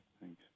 thanks